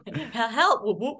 Help